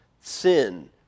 sin